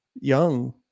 young